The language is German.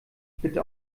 bitte